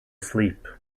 sleep